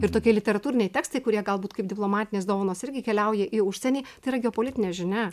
ir tokie literatūriniai tekstai kurie galbūt kaip diplomatinės dovanos irgi keliauja į užsienį tai yra geopolitinė žinia